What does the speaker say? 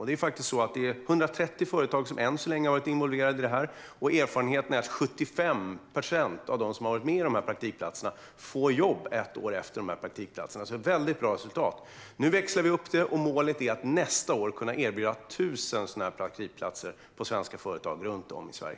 Det är faktiskt så att det är 130 företag som än så länge har varit involverade i detta, och erfarenheten är att 75 procent av dem som varit med får jobb ett år efter praktikplatserna. Det är alltså ett väldigt bra resultat. Nu växlar vi upp detta, och målet är att nästa år kunna erbjuda 1 000 sådana praktikplatser på svenska företag runt om i Sverige.